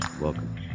Welcome